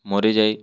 ମରିଯାଏ